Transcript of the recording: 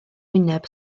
wyneb